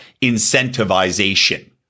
incentivization